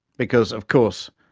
because, of course,